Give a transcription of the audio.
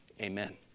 amen